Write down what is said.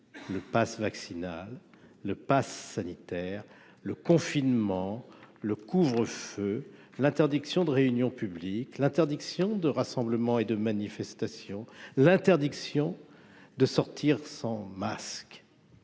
le Pass vaccinal le Pass sanitaire le confinement, le couvre-feu, l'interdiction de réunion publique, l'interdiction de rassemblement et de manifestations, l'interdiction de sortir sans masque.